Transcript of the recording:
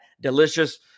delicious